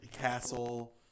castle